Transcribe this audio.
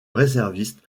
réserviste